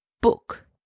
book